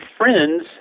friends